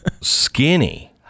skinny